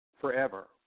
forever